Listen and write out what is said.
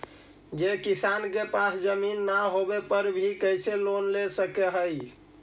जे किसान के पास जमीन न होवे पर भी कैसे लोन ले सक हइ?